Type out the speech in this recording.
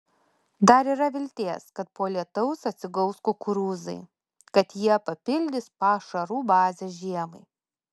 dar yra vilties kad po lietaus atsigaus kukurūzai kad jie papildys pašarų bazę žiemai